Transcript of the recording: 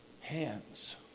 Hands